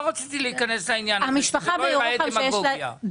לא רציתי להיכנס לעניין הזה שזה לא ייראה דמגוגיה,